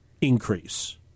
increase